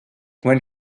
when